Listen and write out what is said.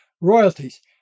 royalties